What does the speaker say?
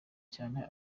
cyane